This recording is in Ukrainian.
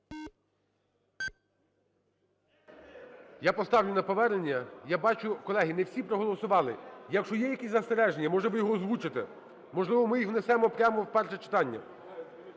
Я поставлю на повернення. Я бачу, колеги, не всі проголосували. Якщо є якісь застереження, може, ви їх озвучите? Можливо, ми їх внесемо прямо в перше читання?